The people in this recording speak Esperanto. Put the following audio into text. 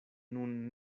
nun